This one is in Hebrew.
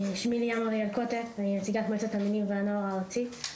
אני נציגת מועצת התלמידים והנוער הארצית.